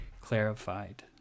clarified